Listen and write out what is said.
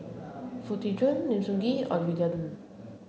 Foo Tee Jun Lim Sun Gee Ovidia Yu